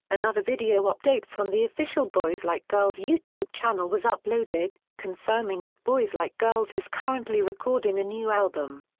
another video update from the official boys like girls youtube channel was uploaded, confirming that boys like girls is currently recording a new album.